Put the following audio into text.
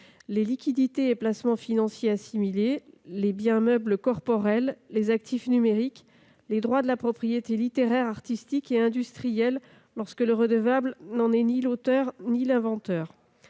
les liquidités et placements financiers assimilés, les biens meubles corporels, les actifs numériques ou les droits de la propriété littéraire, artistique et industrielle, lorsque le redevable n'en est ni l'auteur ni l'inventeur.